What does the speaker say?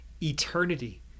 eternity